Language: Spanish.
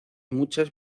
muchas